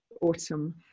autumn